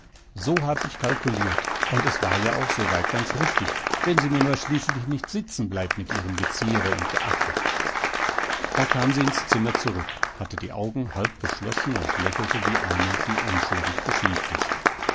so hab ich kalkuliert und es war ja auch so weit ganz richtig wenn sie mir nur schließlich nicht sitzen bleibt mit ihrem geziere und geaffe da kam sie ins zimmer zurück hatte die augen halb geschlossen und lächelte wie eine die unschuldig beschimpft ist